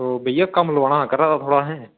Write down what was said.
ओह् भइया कम्म लोआना हा असें थोह्ड़ा घरै दा